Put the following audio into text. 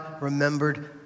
remembered